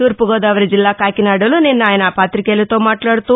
తూర్పుగోదావరి జిల్లా కాకినాడలో నిన్న ఆయన పాతికేయులతో మాట్లాడుతూ